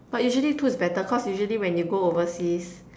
but usually two is better cause usually when you go overseas